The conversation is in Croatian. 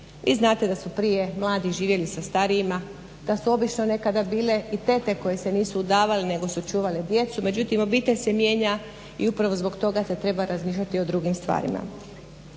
Vi znate da su prije mladi živjeli sa starijima, da u obično nekada bile i tete koje se nisu udavale nego su čuvale djece. međutim obitelj se mijenja i upravo zbog toga se treba razmišljati o drugim stvarima.